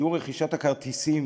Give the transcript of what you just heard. שיעור רכישת הכרטיסים